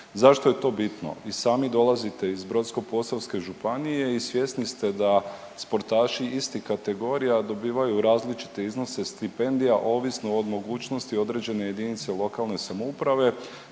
Zašto je to bitno? I sami dolazite iz Brodsko-posavske županije i svjesni ste da sportaši istih kategorija dobivaju različite iznose stipendija ovisno od mogućnosti određene jedinice lokalne samouprave